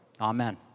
Amen